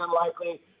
unlikely